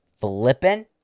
flipping